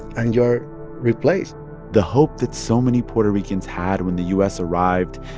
and you're replaced the hope that so many puerto ricans had when the u s. arrived,